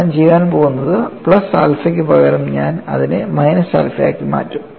ഞാൻ ചെയ്യാൻ പോകുന്നത് പ്ലസ് ആൽഫയ്ക്ക് പകരം ഞാൻ അതിനെ മൈനസ് ആൽഫയായി മാറ്റും